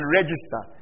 register